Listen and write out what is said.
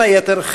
בין היתר,